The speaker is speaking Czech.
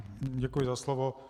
Děkuji za slovo.